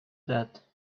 that